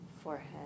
forehead